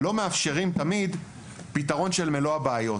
לא מאפשרים תמיד פתרון של מלא הבעיות,